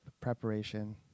preparation